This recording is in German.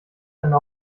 eine